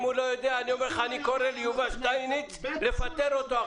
אני קורא ליובל שטייניץ לפטר אותו.